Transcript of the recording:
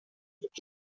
gibt